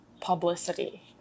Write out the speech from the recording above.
publicity